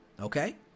Okay